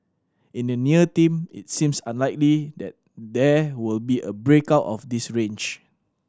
in the near team it seems unlikely that there will be a break out of this range